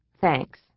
Thanks